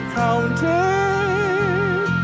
counted